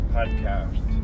Podcast